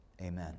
Amen